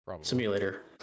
Simulator